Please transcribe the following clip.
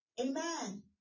Amen